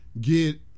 get